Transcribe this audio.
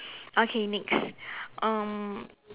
okay next um